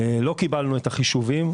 לא קיבלנו את החישובים,